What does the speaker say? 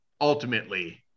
ultimately